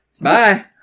Bye